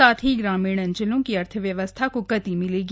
साथ ही ग्रामीण अंचलों की अर्थव्यवस्था को गति मिलेगी